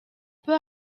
peu